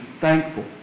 thankful